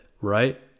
right